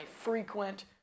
frequent